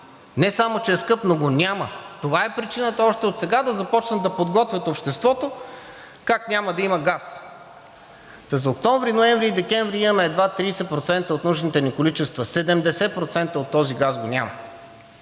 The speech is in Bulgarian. Не само, че е скъп, но и го няма. Това е причината още отсега да започнат да подготвят обществото как няма да има газ. През месеците октомври, ноември и декември имаме едва 30% от нужните ни количества – 70% от този газ го няма.